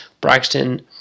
Braxton